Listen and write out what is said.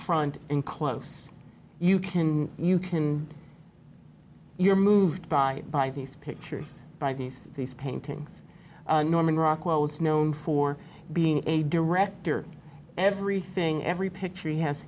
front and close you can you can you're moved by by these pictures by these these paintings norman rockwell is known for being a director everything every picture he has